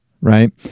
right